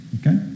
Okay